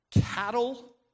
cattle